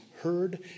heard